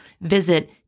Visit